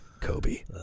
Kobe